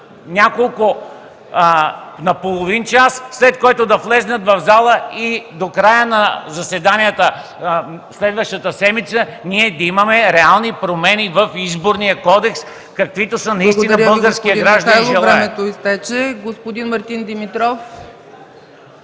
рамките на половин час, след което да влязат в залата и до края на заседанията следващата седмица ние да имаме реални промени в Изборния кодекс, каквито наистина българският гражданин желае.